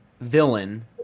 villain